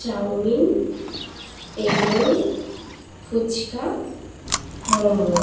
chowmein egg roll phuchka momo